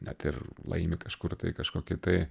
net ir laimi kažkur tai kažkokį tai